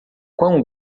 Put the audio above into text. quão